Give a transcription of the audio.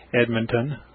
Edmonton